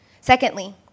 Secondly